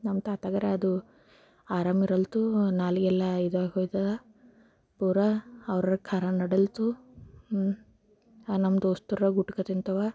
ನಮ್ಮ ತಾತಗರೆ ಅದು ಆರಾಮಿರಲ್ತೂ ನಾಲಿಗೆಯೆಲ್ಲ ಇದಾಗೋಗ್ತದೆ ಪೂರಾ ಅವ್ರಿಗೆ ಖಾರ ನಡೆಲ್ತು ನಮ್ಮ ದೋಸ್ತರಿಗೆ ಊಟಕ್ಕ ತಿಂತಾವೆ